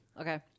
Okay